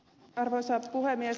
arvoisa puhemies